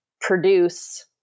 produce